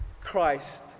Christ